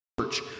church